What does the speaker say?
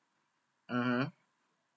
mmhmm